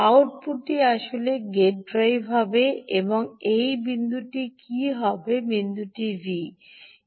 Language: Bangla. আউটপুট আসলে গেটটি ড্রাইভ করে এই বিন্দুটি কী হবে এই বিন্দুটি ভি কী